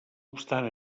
obstant